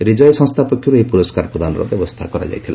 ରିଜଏ ସଂସ୍ଥା ପକ୍ଷରୁ ଏହି ପୁରସ୍କାର ପ୍ରଦାନର ବ୍ୟବସ୍ଥା କରାଯାଇଥିଲା